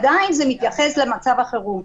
עדיין זה מתייחס למצב החירום.